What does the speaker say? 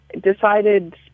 decided